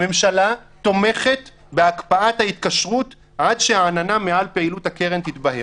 הממשלה תומכת בהקפאת ההתקשרות עד שהעננה מעל פעילות הקרן תתבהר.